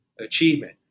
achievement